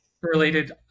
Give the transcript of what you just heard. related